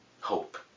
hope